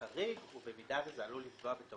שזה בעצם הדבר החשוב ביותר, מה אסור להם לעשות,